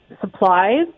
supplies